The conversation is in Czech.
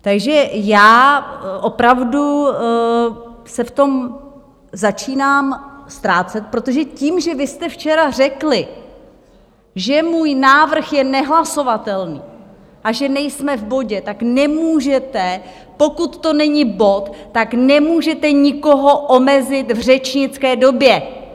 Takže já opravdu se v tom začínám ztrácet, protože tím, že vy jste včera řekli, že můj návrh je nehlasovatelný a že nejsme v bodě, tak nemůžete, pokud to není bod, tak nemůžete nikoho omezit v řečnické době!